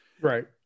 Right